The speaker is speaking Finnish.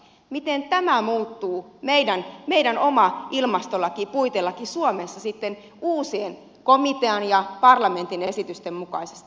miten meidän oma ilmastolakimme puitelakimme suomessa sitten muuttuu uusien komitean ja parlamentin esitysten mukaisesti